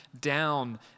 down